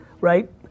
right